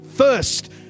First